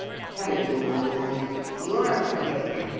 thank you, my lad you're a brick!